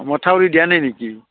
মথাউৰি দিয়া নাই নেকি